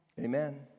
Amen